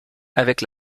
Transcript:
avec